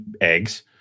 eggs